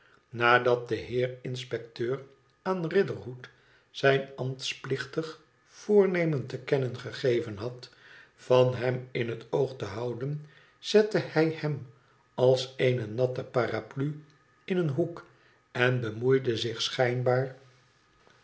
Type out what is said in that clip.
nadat de heer inspecteur aan riderhood zijn ambtsplichtig vooroemen te kennen gegeven had van hem in het oog te houden zette hij hem als eene natte paraplu in een hoek en bemoeide zich schijnbaar